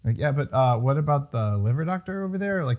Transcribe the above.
ah yeah, but what about the liver doctor over there? like